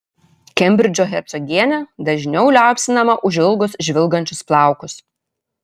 kembridžo hercogienė dažniau liaupsinama už ilgus žvilgančius plaukus